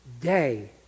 day